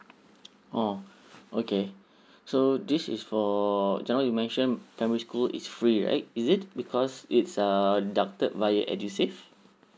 orh okay so this is for just now you mentioned primary school is free right is it because it's err deducted via edusave